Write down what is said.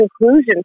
conclusion